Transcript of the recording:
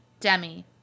Demi